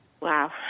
Wow